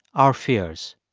our fears.